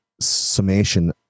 summation